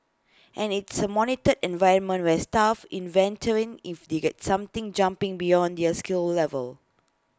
and it's A monitored environment where staff inventorying if they get something jumping beyond their skill level